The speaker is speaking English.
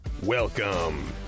Welcome